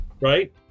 right